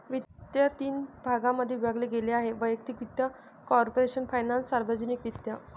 वित्त तीन भागांमध्ये विभागले गेले आहेः वैयक्तिक वित्त, कॉर्पोरेशन फायनान्स, सार्वजनिक वित्त